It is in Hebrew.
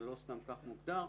ולא סתם כך מוגדר.